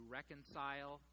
reconcile